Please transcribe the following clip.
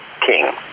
king